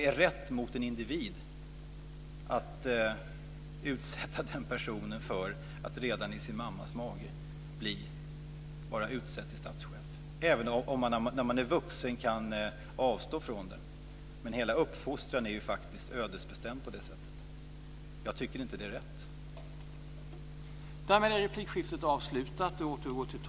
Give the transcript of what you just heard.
Är rätt mot en individ att utsätta den personen för att redan i sin mammas mage bli utsedd till statschef, även om man som vuxen kan avstå från det? Hela uppfostran är ödesbestämd på det sättet. Jag tycker inte att det är rätt.